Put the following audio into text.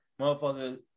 motherfucker